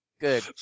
Good